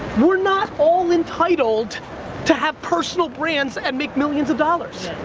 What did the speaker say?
we're not all entitled to have personal brands and make millions of dollars.